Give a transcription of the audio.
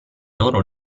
loro